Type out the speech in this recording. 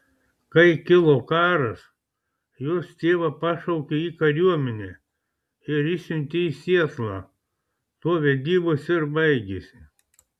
kai kilo karas jos tėvą pašaukė į kariuomenę ir išsiuntė į sietlą tuo vedybos ir baigėsi